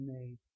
made